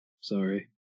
Sorry